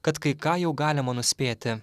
kad kai ką jau galima nuspėti